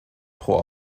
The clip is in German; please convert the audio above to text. pro